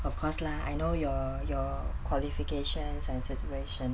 of course lah I know your your qualifications and situation